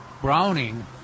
Browning